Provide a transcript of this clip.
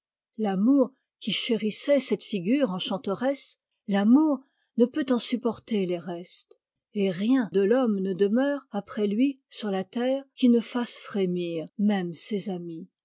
l'amour qui chérissait cette figure enchanteresse l'amour ne peut en supporter les restes et rien de l'homme ne demeure après lui sur la terre qui ne fasse frémir même ses amis